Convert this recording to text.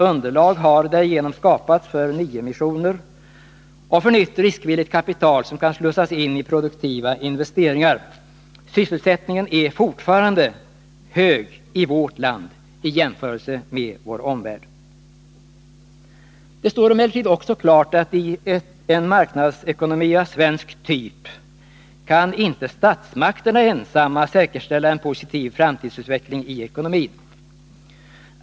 Underlag har därigenom skapats för nyemissioner och för nytt riskvilligt kapital som kan slussas in i produktiva investeringar. Sysselsättningen är fortfarande hög i vårt land i jämförelse med förhållandena i vår omvärld. Det står emellertid klart att i en marknadsekonomi av svensk typ kan statsmakterna inte ensamma säkerställa en positiv framtidsutveckling i ekonomin.